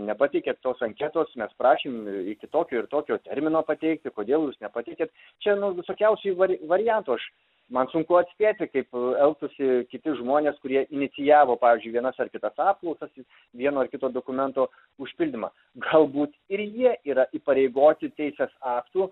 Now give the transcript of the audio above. nepateikėt tos anketos mes prašėm iki tokio ir tokio termino pateikti kodėl jūs nepateikėt čia nu visokiausių variantų aš man sunku atspėti kaip elgtųsi kiti žmonės kurie inicijavo pavyzdžiui vienas ar kitas apklausas vieno ar kito dokumento užpildymą galbūt ir jie yra įpareigoti teisės aktų